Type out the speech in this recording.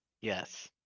Yes